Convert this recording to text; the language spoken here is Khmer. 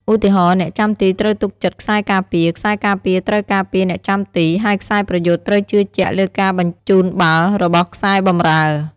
ឧទាហរណ៍ អ្នកចាំទីត្រូវទុកចិត្តខ្សែការពារ ខ្សែការពារត្រូវការពារអ្នកចាំទី ហើយខ្សែប្រយុទ្ធត្រូវជឿជាក់លើការបញ្ជូនបាល់របស់ខ្សែបម្រើ។